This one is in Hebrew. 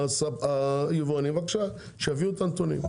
בבקשה שיביאו את הנתונים.